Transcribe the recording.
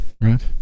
Right